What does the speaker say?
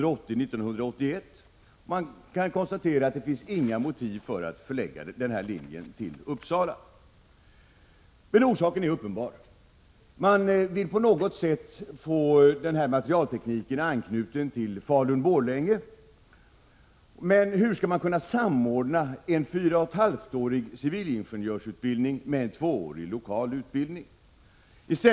Man kan alltså konstatera att det inte finns några motiv för att förlägga en materialteknisk linje till Uppsala. Men orsaken till att man vill göra det är uppenbar. Man vill på något sätt få linjen anknuten till högskolan i Falun-Borlänge. Men hur skall man kunna samordna en 4,5-årig civilingenjörsutbildning med en 2-årig lokal utbildning?